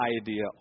idea